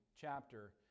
chapter